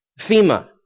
FEMA